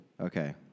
Okay